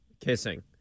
Kissing